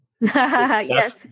Yes